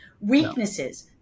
weaknesses